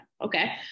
Okay